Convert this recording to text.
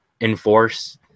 enforce